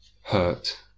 hurt